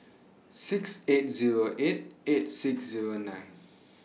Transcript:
six eight Zero eight eight six Zero nine